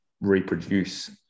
reproduce